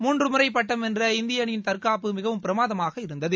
மூன்று முறை பட்டம் வென்ற இந்திய அணியின் தற்காப்பு மிகவும் பிரமாதமாக இருந்தது